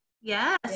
Yes